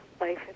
life